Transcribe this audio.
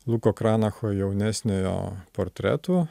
luko kranacho jaunesniojo portretų